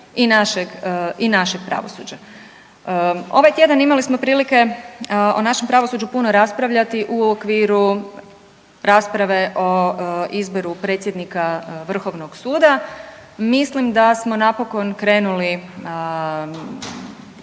i našeg pravosuđa. Ovaj tjedan imali smo prilike o našem pravosuđu puno raspravljati u okviru rasprave o izboru predsjednika vrhovnog suda, mislim da smo napokon krenuli